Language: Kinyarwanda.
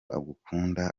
agukunda